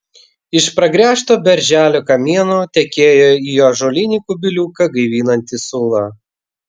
iš pragręžto berželio kamieno tekėjo į ąžuolinį kubiliuką gaivinanti sula